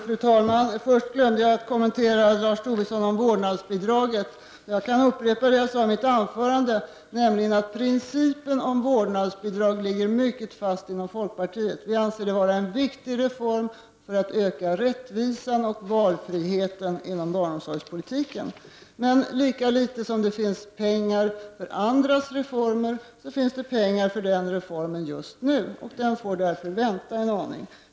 Fru talman! Jag glömde att kommentera vad Lars Tobisson sade beträffande vårdnadsbidraget, men jag kan upprepa vad jag yttrade i mitt anförande, nämligen att principen om vårdnadsbidrag ligger mycket fast inom folkpartiet. Vi anser att det är en viktig reform för att öka rättvisan, och valfriheten inom barnomsorgspolitiken. Men lika litet som det finns pengar för andra reformer finns det pengar för den reformen just nu. Därför måste vi vänta något med reformen.